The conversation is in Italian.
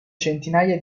centinaia